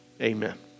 Amen